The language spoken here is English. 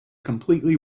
completely